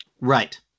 Right